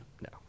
No